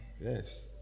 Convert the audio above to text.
Yes